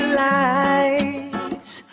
lights